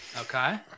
Okay